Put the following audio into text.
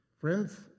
Friends